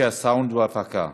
ואנשי הסאונד וההפקה